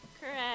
Correct